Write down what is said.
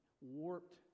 warped